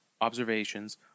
observations